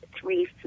three